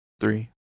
three